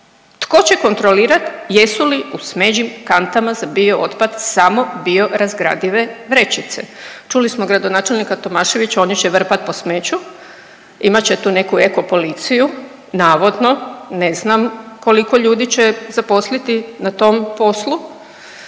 tko će kontrolirat jesu li u smeđim kantama za biootpad samo bio razgradive vrećice? Čuli smo gradonačelnika Tomaševića oni će vrpat po smeću, imat će tu neku eko policiju navodno, ne znam koliko ljudi će zaposliti na tom poslu,